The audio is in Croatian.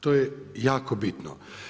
To je jako bitno.